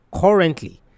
currently